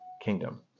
kingdom